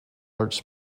arts